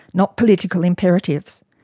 not political imperatives.